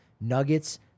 Nuggets